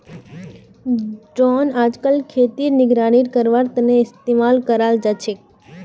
drone अइजकाल खेतेर निगरानी करवार तने इस्तेमाल कराल जाछेक